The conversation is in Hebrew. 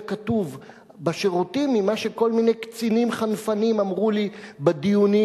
כתוב בשירותים יותר ממה שכל מיני קצינים חנפנים אמרו לי בדיונים,